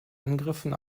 angriffen